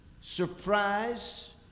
surprise